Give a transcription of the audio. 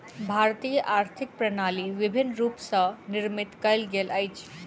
भारतीय आर्थिक प्रणाली विभिन्न रूप स निर्मित कयल गेल अछि